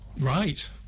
Right